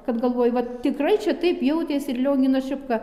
kad galvoju vat tikrai čia taip jautėsi ir lionginas šepka